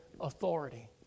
authority